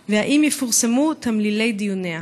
3. האם יפורסמו תמלילי דיוניה?